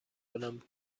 بلند